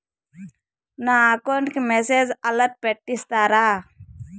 నా అకౌంట్ కి message alert పెట్టిస్తారా